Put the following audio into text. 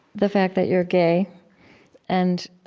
the fact that you're gay and,